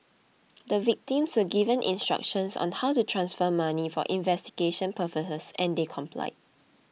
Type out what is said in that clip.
the victims were given instructions on how to transfer money for investigation purposes and they complied